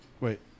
wait